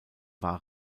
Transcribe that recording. war